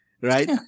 right